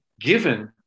given